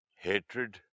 Hatred